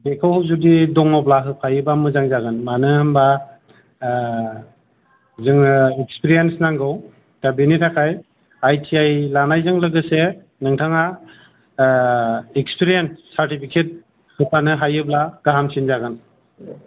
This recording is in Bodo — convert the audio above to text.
बेखौ जुदि दङब्ला होफायोब्ला मोजां जागोन मानो होनोबा ओ जोङो एक्सपिरियेन्स नांगौ दा बेनि थाखाय आइ टि आइलानायजों लोगोसे नोंथाङा ओ एक्सपिरियेन्स सार्टिफिकेट होफानो हायोबा गाहामसिन जागोन